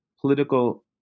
political